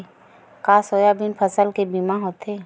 का सोयाबीन फसल के बीमा होथे?